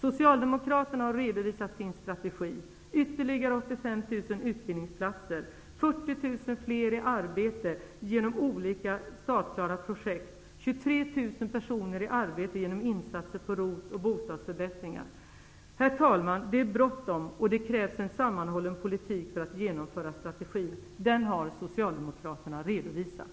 Socialdemokraterna har redovisat sin strategi: ytterligare 85 000 utbildningsplatser, Herr talman! Det är bråttom, och det krävs en sammanhållen politik för att genomföra strategin. Den har socialdemokraterna redovisat.